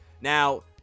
Now